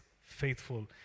faithful